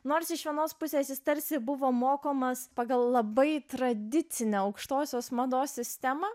nors iš vienos pusės tarsi buvo mokomas pagal labai tradicinę aukštosios mados sistemą